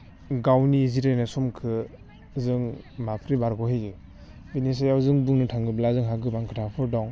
गावनि जिरायनाय समखो जों माफ्रै बारग'होयो बिनि सायाव जों बुंनो थाङोब्ला जोंहा गोबां खोथाफोर दं